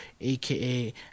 AKA